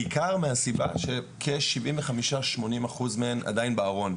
בעיקר מהסיבה שכ-80%-75% מהם עדיין בארון,